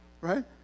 Right